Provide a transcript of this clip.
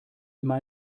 immer